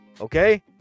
Okay